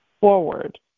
forward